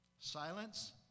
Silence